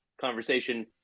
conversation